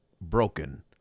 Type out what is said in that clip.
broken